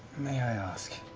may i ask